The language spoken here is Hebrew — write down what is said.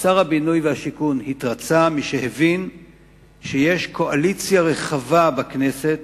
ושר הבינוי והשיכון התרצה משהבין שיש קואליציה רחבה בכנסת